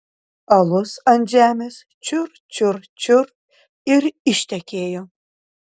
alus ant žemės čiur čiur čiur ir ištekėjo